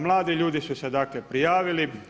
Mladi ljudi su se dakle prijavili.